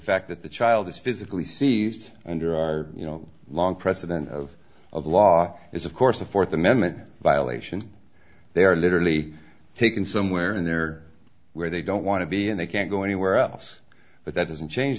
fact that the child is physically seized under our you know long president of of the law is of course a fourth amendment violation they are literally taken somewhere in there where they don't want to be and they can't go anywhere else but that doesn't change